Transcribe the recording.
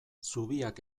zubiak